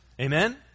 Amen